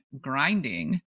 grinding